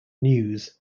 news